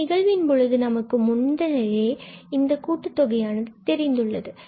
இந்த நிகழ்வின் பொழுது நமக்கு முன்னரே இந்த கூட்டு தொகையானது தெரிந்துள்ளது